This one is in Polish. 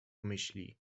myśli